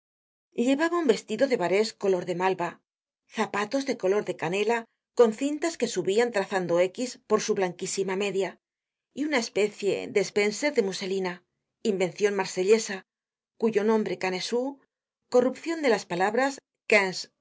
llevaba un vestido de barés color de malva zapatos de color de canela con cintas que subian trazando x por su blanquísima media y una especie de spencer de muselina invencion marsellesa cuyo nombre canesú corrupcion de las palabras